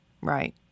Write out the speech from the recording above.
Right